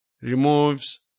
removes